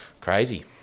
crazy